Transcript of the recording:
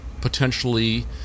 potentially